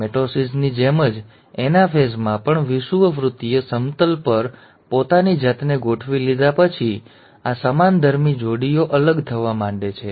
મિટોસિસની જેમ જ એનાફેઝમાં પણ વિષુવવૃત્તીય સમતલ પર પોતાની જાતને ગોઠવી લીધા પછી આ સમાનધર્મી જોડીઓ અલગ થવા માંડે છે